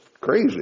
crazy